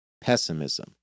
pessimism